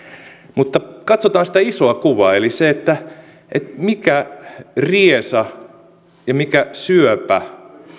mutta katsotaan sitä isoa kuvaa eli sitä mikä riesa ja mikä syöpä